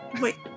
Wait